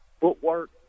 Footwork